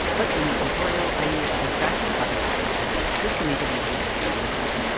but in the tutorial i used a contrasting cotton fabric for this, just to make it easier to see what i'm doing.